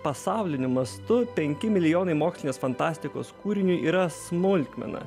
pasauliniu mastu penki milijonai mokslinės fantastikos kūriniui yra smulkmena